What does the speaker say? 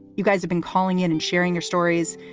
you guys have been calling in and sharing your stories.